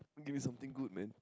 give me something good man